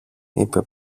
είπε